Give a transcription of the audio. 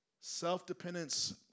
Self-dependence